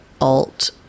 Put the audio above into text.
alt